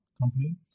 company